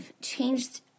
changed